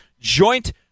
joint